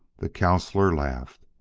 the counsellor laughed.